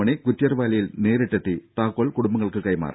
മണി കുറ്റ്യാർവാലിയിൽ നേരിട്ടെത്തി താക്കോൽ കുടുംബങ്ങൾക്ക് കൈമാറി